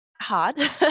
hard